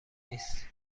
نیست